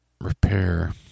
repair